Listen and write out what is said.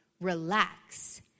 relax